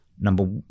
Number